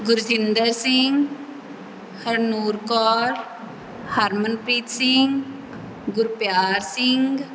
Gurjinder Singh Harnoor Kaur Harmanpreet Singh Gurpyar Singh